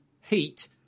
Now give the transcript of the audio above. heat